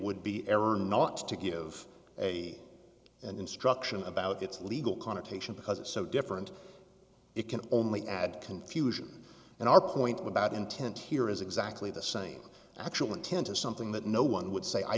would be error not to give a instruction about its legal connotation because it's so different it can only add confusion and our point about intent here is exactly the same actual intent is something that no one would say i